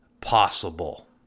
possible